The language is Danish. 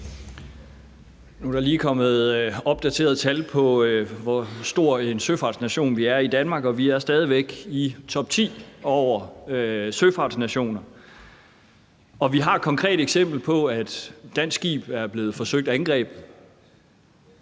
Nu er der lige kommet opdaterede tal på, hvor stor en søfartsnation vi er i Danmark, og vi er stadig væk i topti over søfartsnationer, og vi har et konkret eksempel på, at et dansk skib er blevet forsøgt angrebet.